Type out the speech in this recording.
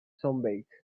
sunbathe